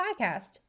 Podcast